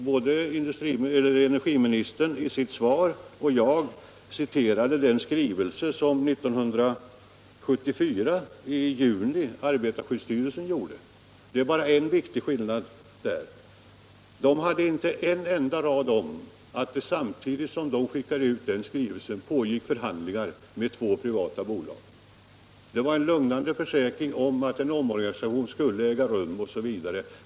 Både energiministern och jag har citerat den skrivelse som arbetarskyddsstyrelsen avgav i juni 1974. Skrivelsen innehöll en lugnande försäkran att en omorganisation skulle äga rum men att det skulle ta lång tid och att man skulle ge möjligheter till det ena och det andra.